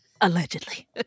allegedly